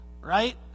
right